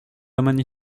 amène